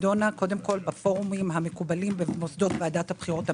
נדונה קודם כול בפורומים המקובלים במוסדות ועדת הבחירות המרכזית,